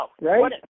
Right